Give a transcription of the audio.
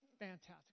fantastic